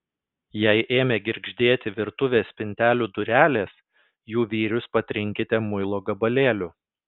jei ėmė girgždėti virtuvės spintelių durelės jų vyrius patrinkite muilo gabalėliu